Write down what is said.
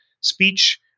speech